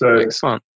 Excellent